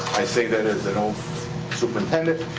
i say that as an old superintendent,